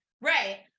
Right